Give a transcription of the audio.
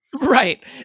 Right